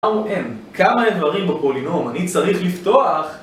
כמה איברים בפולינום אני צריך לפתוח